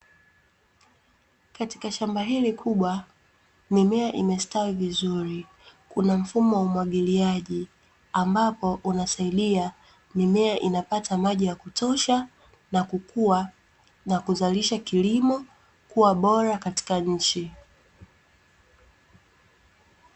Katika shamba hili kubwa mimea imestawi vizuri kuna mfumo wa umwagiliaji ambapo unasaidia mimea inapata maji ya kutosha na kukua na kuzalisha kilimo kuwa bora katika nchi .